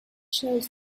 shows